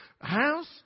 house